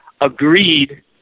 agreed